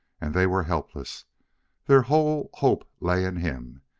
and they were helpless their whole hope lay in him!